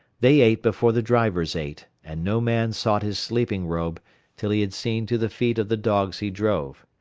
they ate before the drivers ate, and no man sought his sleeping-robe till he had seen to the feet of the dogs he drove.